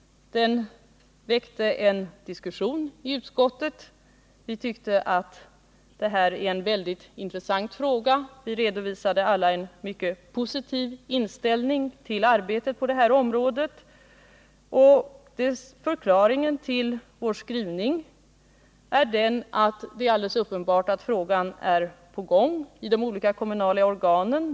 Den väckte en diskussion i utskottet. Vi tyckte att det här är en väldigt intressant fråga. Vi redovisade alla en mycket positiv inställning till motionen, och förklaringen till vår skrivning är att det är alldeles uppenbart att frågan är på gång i de olika kommunla organen.